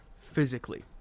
physically